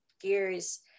gears